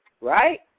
right